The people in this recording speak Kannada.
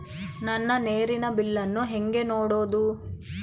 ನನ್ನ ನೇರಿನ ಬಿಲ್ಲನ್ನು ಹೆಂಗ ನೋಡದು?